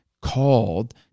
called